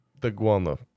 daguana